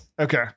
Okay